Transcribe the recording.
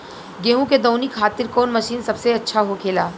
गेहु के दऊनी खातिर कौन मशीन सबसे अच्छा होखेला?